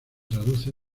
traduce